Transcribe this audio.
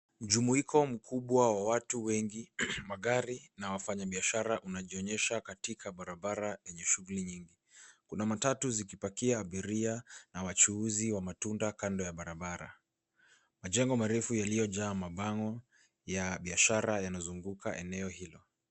Mjumuiko mkubwa wa watu wengi, magari na wafanya biashara unajionyesha katika barabara yenye shughuli nyingi. Kuna matatu zikipakia abiria na wachuuzi wa matunda kando ya barabara. Majengo marefu yaliyojaa mabango ya biashara yanazunguka eneo hilo.